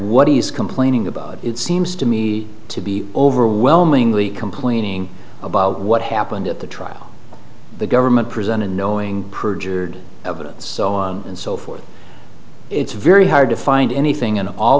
what he's complaining about it seems to me to be overwhelmingly complaining about what happened at the trial the government presented knowing perjured evidence and so forth it's very hard to find anything in all